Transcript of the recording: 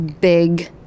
big